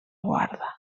guarda